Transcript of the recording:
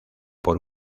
por